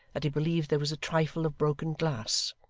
that he believed there was a trifle of broken glass